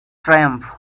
triumph